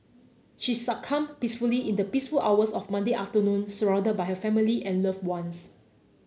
she succumbed peacefully in the hours of Monday afternoon surrounded by her family and loved ones